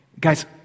Guys